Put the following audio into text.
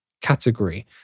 category